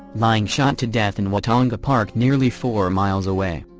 lying shot to death in watonga park nearly four miles away.